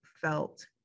felt